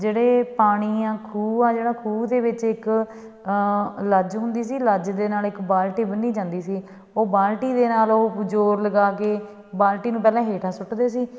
ਜਿਹੜੇ ਪਾਣੀ ਆ ਖੂਹ ਆ ਜਿਹੜਾ ਖੂਹ ਦੇ ਵਿੱਚ ਇੱਕ ਲੱਜ ਹੁੰਦੀ ਸੀ ਲੱਜ ਦੇ ਨਾਲ ਇੱਕ ਬਾਲਟੀ ਬੰਨ੍ਹੀ ਜਾਂਦੀ ਸੀ ਉਹ ਬਾਲਟੀ ਦੇ ਨਾਲ ਉਹ ਜੋਰ ਲਗਾ ਕੇ ਬਾਲਟੀ ਨੂੰ ਪਹਿਲਾਂ ਹੇਠਾਂ ਸੁੱਟਦੇ ਸੀ